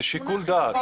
זה שיקול דעת.